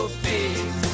big